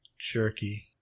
jerky